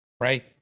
right